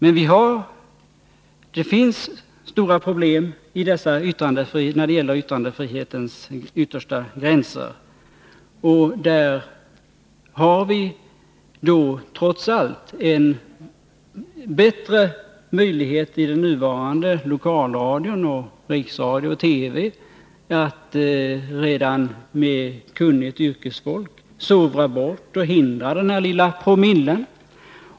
z Men det finns stora problem när det gäller yttrandefrihetens yttersta gränser, och där har vi trots allt en bättre möjlighet i den nuvarande lokalradion, riksradion och televisionen att redan från början med kunnigt yrkesfolk sovra bort och hindra denna lilla promille.